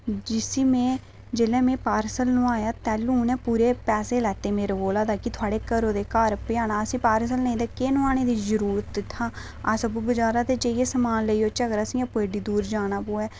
जिसी में जेल्लै में पार्सल नोआया तैलूं उनें पूरे पैसे लैते मेरे कोला कि थुआढ़े घरै दा घर पजाना असें पार्सल नेईं तां केह् नोआनै दी जरूरत इत्थां अस नेईं ता बाजारै दे लेइयै समान लेई ओचै अगर असें एड्डी दूर जाना पवै